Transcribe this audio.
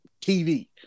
TV